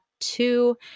two